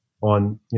on